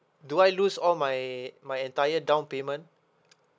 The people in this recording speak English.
do I lose all my my entire down payment